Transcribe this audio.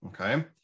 Okay